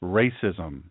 racism